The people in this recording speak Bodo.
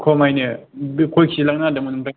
खमायनो बे खयखिजि लांनो नागेरदोंमोन ओमफ्राय